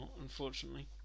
Unfortunately